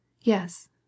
yes